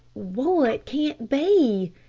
what can't be?